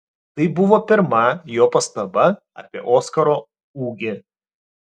tai buvo pirma jo pastaba apie oskaro ūgį